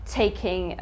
taking